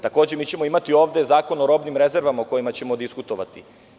Takođe, mi ćemo ovde imati Zakon o robnim rezervama, o kojem ćemo diskutovati.